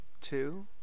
two